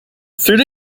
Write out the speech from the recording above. through